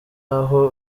aho